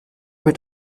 wird